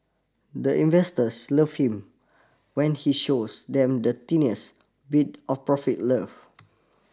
the investors love him when he shows them the tiniest bit of profit love